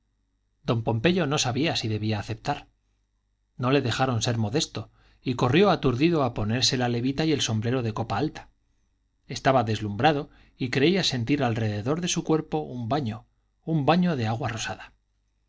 don pompeyo no sabía si debía aceptar no le dejaron ser modesto y corrió aturdido a ponerse la levita y el sombrero de copa alta estaba deslumbrado y creía sentir alrededor de su cuerpo un baño un baño de agua rosada